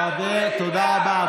תודה רבה,